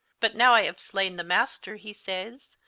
but now i have slaine the master, he sayes,